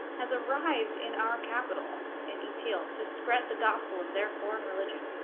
has arrived in our capital in eat eel to spread the gospel of their foreign religion